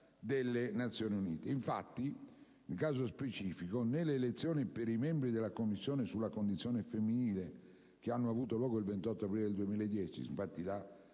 delle Nazioni Unite. Infatti, nel caso specifico delle elezioni per i membri della Commissione sulla condizione femminile, che hanno avuto luogo il 28 aprile del 2010 (infatti,